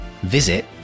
visit